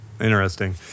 Interesting